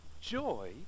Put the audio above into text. Joy